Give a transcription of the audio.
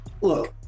look